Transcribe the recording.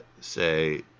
say